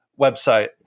website